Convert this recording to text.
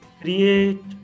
Create